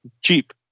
cheap